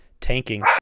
tanking